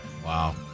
Wow